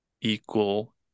equal